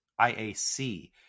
IAC